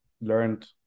learned